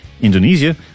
Indonesia